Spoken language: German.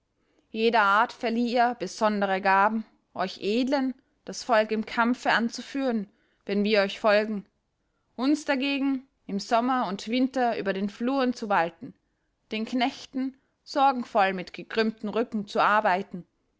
jeder art verlieh er besondere gaben euch edlen das volk im kampfe anzuführen wenn wir euch folgen uns dagegen im sommer und winter über den fluren zu walten den knechten sorgenvoll mit gekrümmtem rücken zu arbeiten